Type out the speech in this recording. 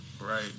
Right